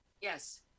Yes